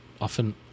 often